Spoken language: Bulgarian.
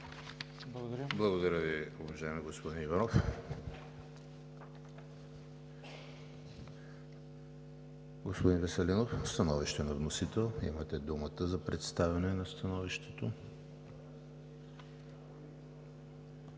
Благодаря Ви, уважаеми господин Иванов. Господин Веселинов – становище на вносител. Имате думата за представяне на становището.